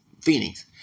Phoenix